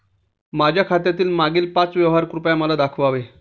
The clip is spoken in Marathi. माझ्या खात्यातील मागील पाच व्यवहार कृपया मला दाखवावे